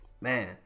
Man